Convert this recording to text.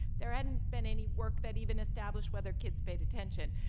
there hadn't been any work that even established whether kids paid attention.